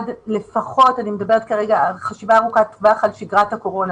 על שגרת הקורונה.